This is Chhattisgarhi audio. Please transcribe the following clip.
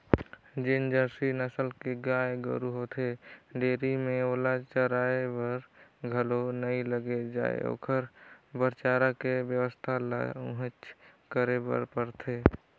जेन जरसी नसल के गाय गोरु होथे डेयरी में ओला चराये बर घलो नइ लेगे जाय ओखर बर चारा के बेवस्था ल उहेंच करे बर परथे